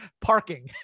Parking